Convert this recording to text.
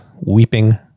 weeping